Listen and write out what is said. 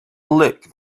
lick